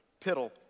piddle